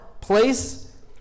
place